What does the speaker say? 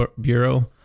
bureau